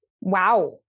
Wow